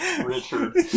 Richard